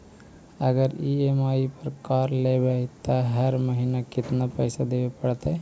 अगर ई.एम.आई पर कार लेबै त हर महिना केतना पैसा देबे पड़तै?